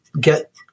get